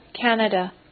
Canada